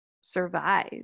survive